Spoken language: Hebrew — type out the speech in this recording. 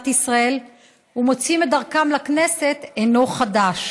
ישראל ומוצאים את דרכם לכנסת אינו חדש,